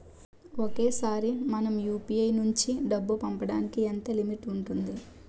ఒకేసారి మనం యు.పి.ఐ నుంచి డబ్బు పంపడానికి ఎంత లిమిట్ ఉంటుంది?